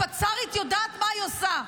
הפצ"רית יודעת מה היא עושה.